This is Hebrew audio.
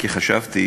כי חשבתי